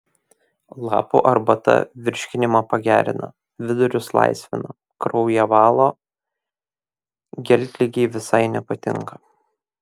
lapų arbata virškinimą pagerina vidurius laisvina kraują valo geltligei visai nepatinka